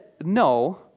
no